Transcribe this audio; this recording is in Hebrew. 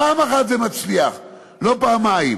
פעם אחת זה מצליח, לא פעמיים.